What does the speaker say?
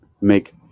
make